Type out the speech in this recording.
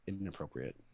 inappropriate